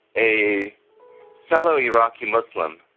a fellow iraqi-muslim,